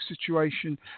situation